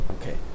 okay